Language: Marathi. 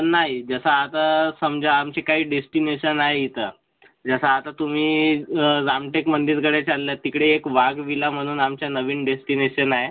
नाही जसं आता समजा आमची काही डेस्टिनेशन आहे इथं जसं आता तुम्ही रामटेकमंदिरकडे चालले आहे तिकडे एक वाघ व्हिला म्हणून आमचा नवीन डेस्टिनेशन आहे